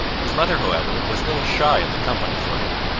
his mother, however, was a little shy of the company for him,